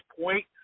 point